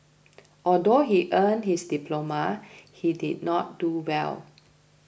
although he earned his diploma he did not do well